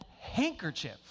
handkerchief